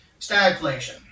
Stagflation